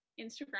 Instagram